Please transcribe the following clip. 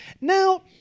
Now